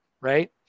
right